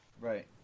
Right